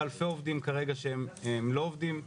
שלום רב,